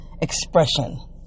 expression